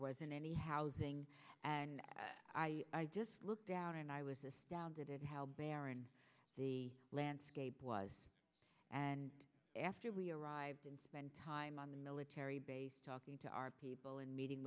wasn't any housing and i just looked down and i was astounded at how barren the landscape was and after we arrived in spent time on the military base talking to our people and meeting